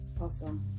awesome